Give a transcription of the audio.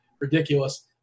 Ridiculous